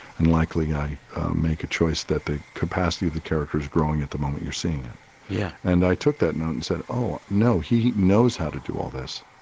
and likely i make a choice that the capacity of the character is growing at the moment you're seeing it yeah and i took that note and said, oh, no. he knows how to do all this.